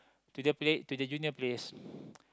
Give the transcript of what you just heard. to the play to the junior players